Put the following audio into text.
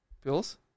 pills